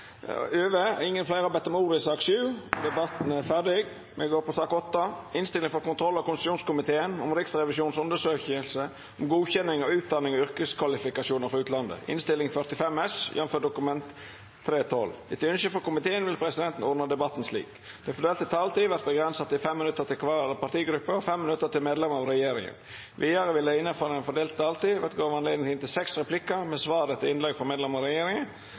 Fleire har ikkje bedt om ordet til sak nr. 7. Etter ynske frå kontroll- og konstitusjonskomiteen vil presidenten ordna debatten slik: Den fordelte taletida vert avgrensa til 5 minutt til kvar partigruppe og 5 minutt til medlemer av regjeringa. Vidare vert det – innanfor den fordelte taletida – gjeve anledning til inntil seks replikkar med svar etter innlegg frå medlemer av regjeringa,